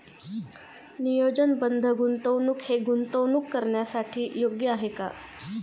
नियोजनबद्ध गुंतवणूक हे गुंतवणूक करण्यासाठी योग्य आहे का?